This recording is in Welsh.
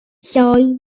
lloi